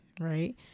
right